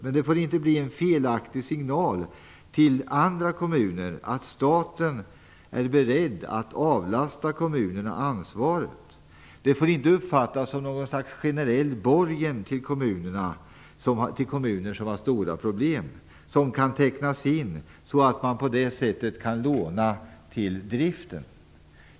Men det får inte bli en felaktig signal till andra kommuner att staten är beredd att avlasta kommunerna ansvaret. Det får inte uppfattas som något slags generell borgen till kommuner med stora problem som kan tecknas in så att man kan låna till driften.